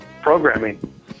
programming